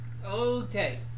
Okay